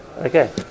Okay